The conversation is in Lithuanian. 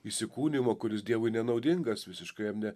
įsikūnijimo kuris dievui nenaudingas visiškai jam ne